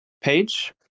page